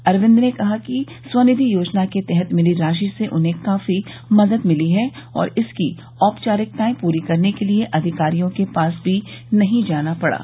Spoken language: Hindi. अरविंद ने कहा कि स्वेनिधि योजना के तहत मिली राशि से उन्हें काफी मदद मिली है और इसकी औपचारिकताएं पूरी करने के लिए अधिकारियों के पास भी नहीं जाना पड़ा